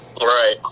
right